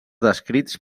descrits